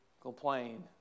complain